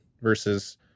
versus